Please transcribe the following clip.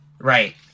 Right